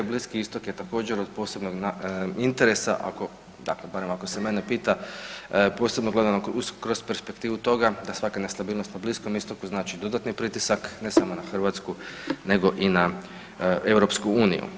Bliski Istok je također od posebnog interesa, tako ako barem mene se pita posebno gledano kroz perspektivu toga da svaka nestabilnost na Bliskom istoku znači dodatni pritisak ne samo na Hrvatsku nego i na EU.